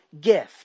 gift